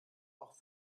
auch